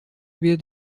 بیاد